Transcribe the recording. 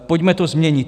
Pojďme to změnit.